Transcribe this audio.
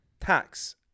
tax